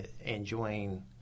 enjoying